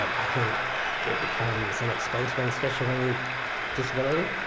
i think it becomes an expense when especially when you disability.